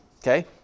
okay